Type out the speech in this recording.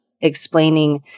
explaining